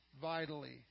Vitally